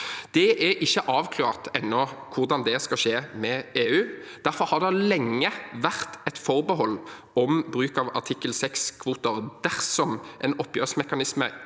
Det er ennå ikke avklart hvordan det skal skje med EU. Derfor har det lenge vært et forbehold om bruk av artikkel 6-kvoter dersom en oppgjørsmekanisme